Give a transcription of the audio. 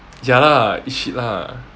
jialat eat shit lah